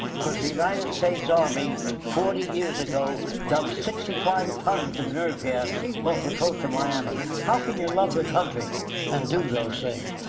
cause the united states army, forty years ago dumped sixty five tones of nerve gas off the coast of miami. how can you love the country and do those things?